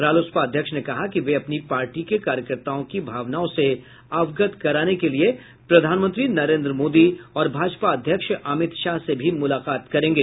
रालोसपा अध्यक्ष ने कहा कि वे अपनी पार्टी के कार्यकर्ताओं की भावनाओं से अवगत कराने के लिए प्रधानमंत्री नरेंद्र मोदी और भाजपा अध्यक्ष अमित शाह से भी मुलाकात करेंगे